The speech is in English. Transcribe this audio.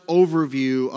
overview